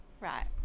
right